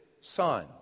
son